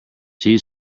tea